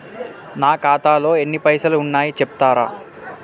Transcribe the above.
నా ఖాతాలో ఎన్ని పైసలు ఉన్నాయి చెప్తరా?